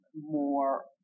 more